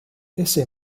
ese